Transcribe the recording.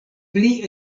pli